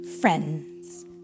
Friends